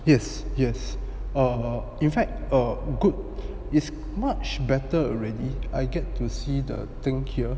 yes yes err in fact err good is much better already I get to see the thing here